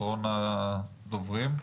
אחרון הדוברים.